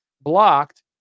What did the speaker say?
blocked